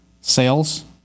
sales